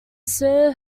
sir